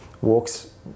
walks